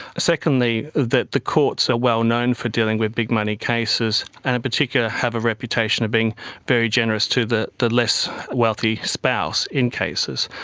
secondly, the the courts are well known for dealing with big-money cases, and in particular have a reputation of being very generous to the the less wealthy spouse in cases.